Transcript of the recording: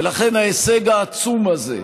ולכן ההישג העצום הזה,